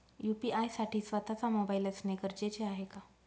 UPI साठी स्वत:चा mobile असणे गरजेचे आहे का?